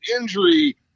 injury